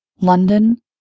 London